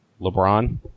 LeBron